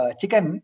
chicken